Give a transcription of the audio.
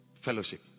fellowship